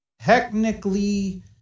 technically